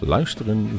Luisteren